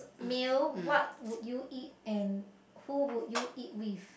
meal what would you eat and who would you eat with